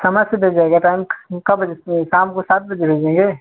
समय पर भेजा जाएगा टाइम वह का बजे से शाम को सात बजे भेजेंगे